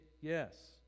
Yes